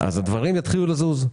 הדברים יתחילו לזוז.